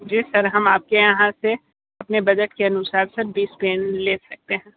जी sir हम आपके यहां से अपने बजट के अनुसार सर बीस पेन ले सकते हैं